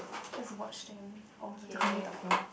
let's watch them oh we have to continue talking